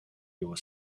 your